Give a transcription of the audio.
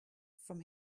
from